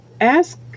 ask